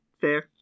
Fair